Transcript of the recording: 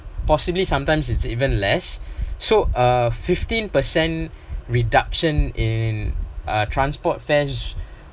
possibly sometimes it's even less so uh fifteen percent reduction in uh transport fares